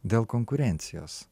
dėl konkurencijos